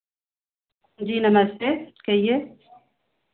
जी नमस्ते कहिए